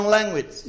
Language